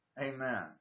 Amen